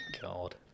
God